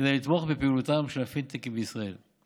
כדי לתמוך בפעילותם של הפינטקים בישראל.